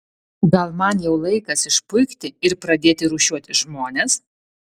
gal man jau laikas išpuikti ir pradėti rūšiuoti žmones